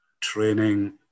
training